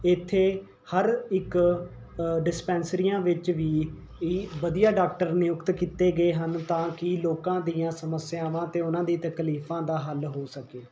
ਇੱਥੇ ਹਰ ਇੱਕ ਡਿਸਪੈਂਸਰੀਆਂ ਵਿੱਚ ਵੀ ਵੀ ਵਧੀਆ ਡਾਕਟਰ ਨਿਯੁਕਤ ਕੀਤੇ ਗਏ ਹਨ ਤਾਂ ਕਿ ਲੋਕਾਂ ਦੀਆਂ ਸਮੱਸਿਆਵਾਂ ਅਤੇ ਉਹਨਾਂ ਦੀ ਤਕਲੀਫਾਂ ਦਾ ਹੱਲ ਹੋ ਸਕੇ